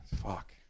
fuck